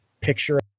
picture